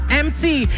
empty